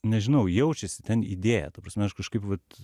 nežinau jaučiasi ten idėja ta prasme aš kažkaip vat